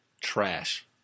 trash